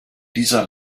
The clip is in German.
dieser